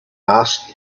asked